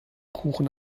kuchen